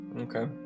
Okay